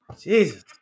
Jesus